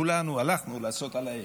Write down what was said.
כולנו הלכנו לעשות על האש.